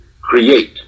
create